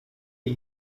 the